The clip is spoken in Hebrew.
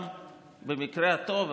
במקרה הטוב,